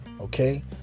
okay